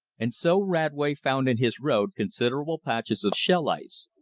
and so radway found in his road considerable patches of shell ice,